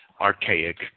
archaic